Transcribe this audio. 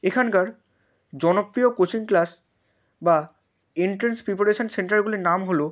এখানকার জনপ্রিয় coaching class বা এন্ট্রান্স প্রিপারেশন সেন্টারগুলির নাম হল